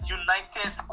united